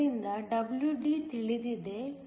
ಆದ್ದರಿಂದ WD ತಿಳಿದಿದೆ